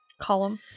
column